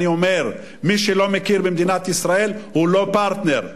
אומר: מי שלא מכיר במדינת ישראל הוא לא פרטנר,